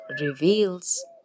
reveals